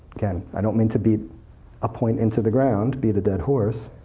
again, i don't mean to beat a point into the ground, beat a dead horse.